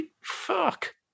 fuck